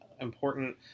important